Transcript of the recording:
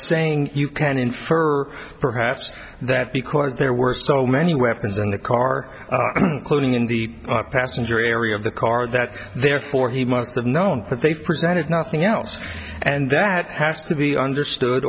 saying you can infer perhaps that because there were so many weapons in the car clothing in the passenger area of the car that therefore he must have known that they presented nothing else and that has to be understood